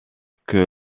que